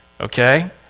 okay